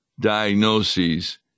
diagnoses